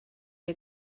der